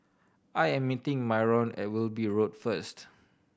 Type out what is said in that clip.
I am meeting Myron at Wilby Road first